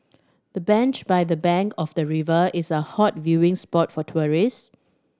the bench by the bank of the river is a hot viewing spot for tourist